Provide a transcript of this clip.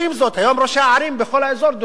היום ראשי הערים בכל האזור דורשים את זה,